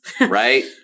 right